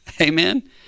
Amen